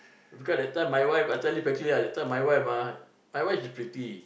because that time my wife to tell you the truth my wife ah my wife she pretty